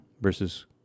versus